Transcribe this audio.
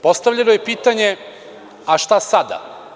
Postavljeno je pitanje – šta sada?